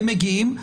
הם מגיעים,